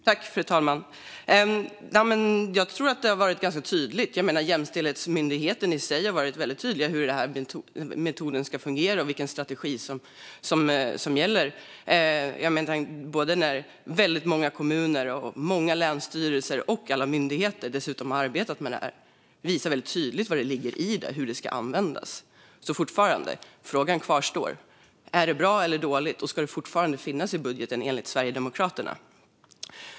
Fru talman! Jag tror att det har varit ganska tydligt. Jämställdhetsmyndigheten har varit väldigt tydlig med hur den här metoden ska fungera och vilken strategi som gäller. När dessutom väldigt många kommuner, många länsstyrelser och alla myndigheter har arbetat med det visar det väldigt tydligt vad som ligger i det och hur det ska användas. Så frågan kvarstår: Är det bra eller dåligt, och ska det fortfarande finnas i budgeten enligt Sverigedemokraterna?